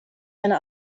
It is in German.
eine